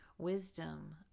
wisdom